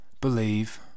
believe